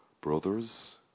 Brothers